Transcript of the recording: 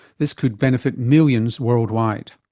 this could benefit millions worldwide.